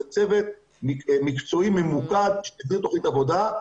צוות מקצועי ממוקד שיכין תוכנית עבודה,